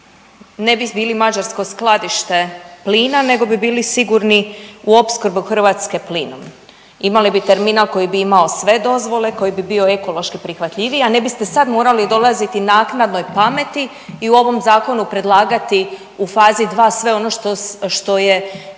ne bi bili mađarsko skladište plina nego bi bili sigurni u opskrbu Hrvatske plinom, imali bi terminal koji bi imao sve dozvole, koji bi bio ekološki prihvatljiviji, a ne biste sad morali dolaziti naknadnoj pameti i u ovom zakonu predlagati u fazi 2 sve ono što je